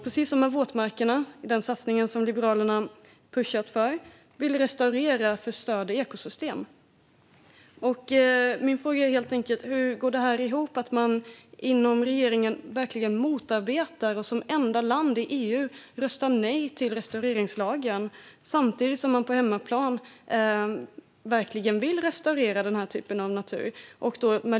Precis som med våtmarkerna i den satsning som Liberalerna pushat för vill man restaurera förstörda ekosystem. Min fråga är helt enkelt hur det går ihop att man inom regeringen verkligen motarbetar och som enda land i EU röstar nej till naturrestaureringslagen samtidigt som man på hemmaplan verkligen vill restaurera den här typen av natur.